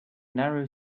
narrow